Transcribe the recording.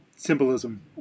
Symbolism